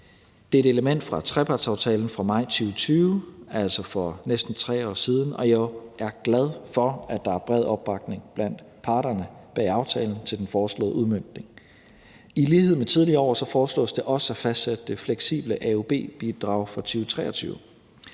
Det er et element fra trepartsaftalen fra maj 2020, altså fra for næsten 3 år siden, og jeg er glad for, at der er bred opbakning blandt parterne bag aftalen til den foreslåede udmøntning. I lighed med tidligere år foreslås det også at fastsætte det fleksible AUB-bidrag for 2023.